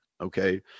okay